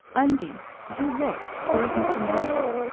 undie, do look there's mr. marvell!